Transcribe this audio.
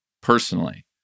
personally